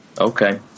Okay